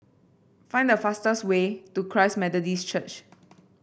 find the fastest way to Christ Methodist Church